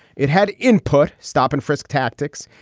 it had input. stop and frisk tactics.